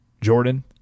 Jordan